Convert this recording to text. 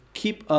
keep